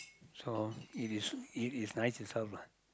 so it is it is nice itself lah